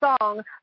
song